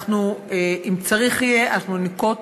אם צריך יהיה, אנחנו ננקוט